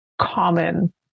common